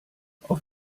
auf